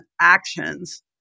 actions